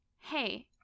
hey